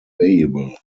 available